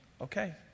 okay